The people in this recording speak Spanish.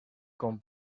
con